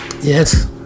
yes